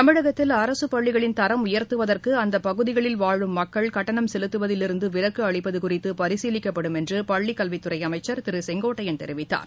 தமிழகத்தில் அரசு பள்ளிகளின் தரம் உயரத்துவதற்கு அந்த பகுதிகளில் வாழும் மக்கள் கட்டணம் செலுத்துவதிலிருந்து விலக்கு அளிப்பது குறித்து பரிசீலிக்கப்படும் என்று பள்ளிக்கல்வித்துறை அளமச்சர் திரு செங்கோட்டையன் தெரிவித்தார்